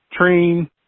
train